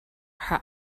her